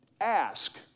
ask